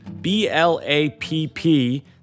B-L-A-P-P